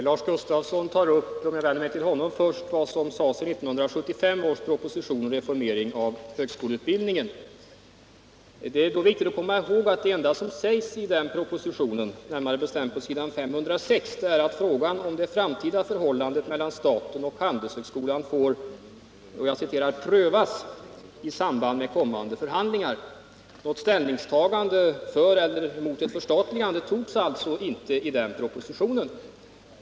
Herr talman! Får jag först vända mig till Lars Gustafsson. Han tar upp vad som sades i 1975 års proposition om reformering av högskoleutbildningen. Det är viktigt att man då kommer ihåg att det enda som sägs i den propositionen, närmare bestämt på s. 506, är att frågan om det framtida förhållandet mellan staten och Handelshögskolan får prövas i samband med kommande förhandlingar. Något ställningstagande för eller emot ett förstat 177 ligande togs alltså inte i den propositionen.